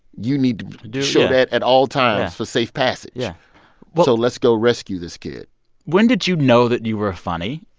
you need to show that at all times for safe passage. yeah but so let's go rescue this kid when did you know that you were funny?